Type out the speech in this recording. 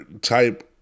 type